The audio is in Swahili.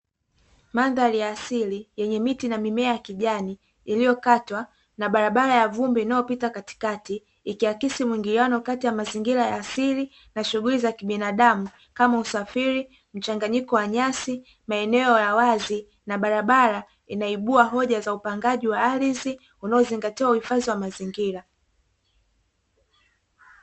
Mandhari ya asili, yenye miti na mimea ya kijani, iliyokatwa na barabara ya vumbi inayopita katikati, ikiakisi mwingiliano kati ya mazingira ya asili na shughuli za kibinadamu, kama usafiri, mchanganyiko wa nyasi, maeneo ya wazi na barabara, inaibua hoja za upangaji wa ardhi unaozingatia uhifadhi wa mazingira.